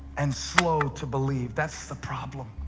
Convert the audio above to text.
and slow to believe, that's the problem.